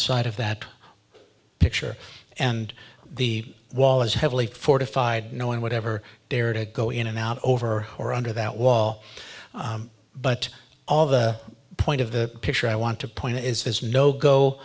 side of that picture and the wall is heavily fortified no one would ever dare to go in and out over or under that wall but all the point of the picture i want to point out is his no